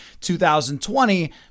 2020